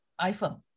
iPhone